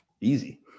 easy